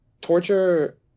torture